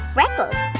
Freckles